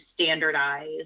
standardize